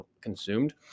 consumed